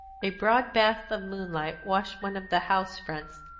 a broad bath of moonlight washed one of the house fronts,